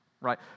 right